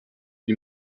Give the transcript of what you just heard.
wie